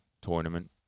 tournament